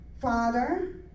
Father